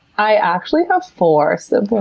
i actually have four siblings.